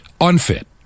unfit